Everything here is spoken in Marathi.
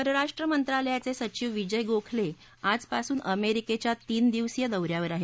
परराष्ट्र मंत्रालयाचे सचिव विजय गोखले आजपासून अमेरिकेच्या तीन दिवसीय दौऱ्यावर आहेत